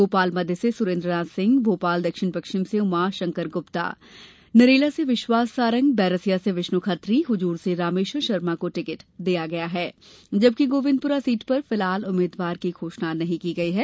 भोपाल मध्य से सूरेन्द्रनाथ सिंह भोपाल दक्षिण पश्चिम से उमाशंकर ग्रप्ता नरेला से विश्वास सारंग बैरसिया से विष्णु खत्री हुजूर से रामेश्वर शर्मा को टिकट दिया गया है जबकि गोविन्दपुरा सीट पर फिलहाल उम्मीद्वार की घोषणा नहीं की गई है